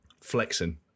flexing